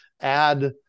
add